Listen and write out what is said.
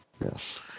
Yes